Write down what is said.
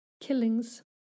killings